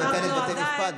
כאן יש בתי משפט,